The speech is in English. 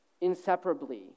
inseparably